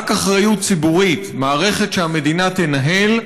רק אחריות ציבורית, מערכת שהמדינה תנהל,